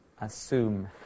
assume